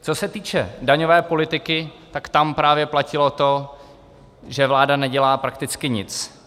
Co se týče daňové politiky, tak tam právě platilo to, že vláda nedělá prakticky nic.